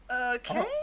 Okay